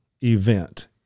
event